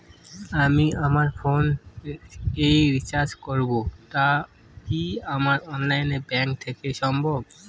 আমি আমার ফোন এ রিচার্জ করব টা কি আমার অনলাইন ব্যাংক থেকেই সম্ভব?